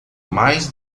mais